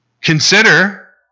Consider